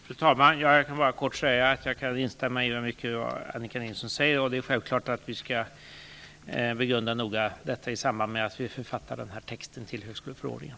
Fru talman! Jag vill bara kort säga att jag kan instämma i mycket av vad Annika Nilsson säger. Det är självklart att vi skall begrunda detta noggrant i samband med att vi författar texten till högskoleförordningen.